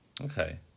okay